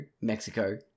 Mexico